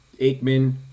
Aikman